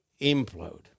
implode